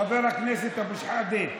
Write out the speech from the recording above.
חבר הכנסת אבו שחאדה,